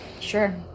Sure